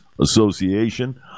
Association